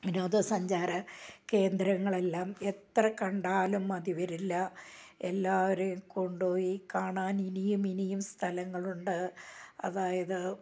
വിനോദസഞ്ചാര കേന്ദ്രങ്ങൾ എല്ലാം എത്ര കണ്ടാലും മതി വരില്ല എല്ലാവരെയും കൊണ്ടു പോയി കാണാൻ ഇനിയും ഇനിയും സ്ഥലങ്ങളുണ്ട് അതായത്